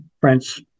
French